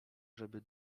żeby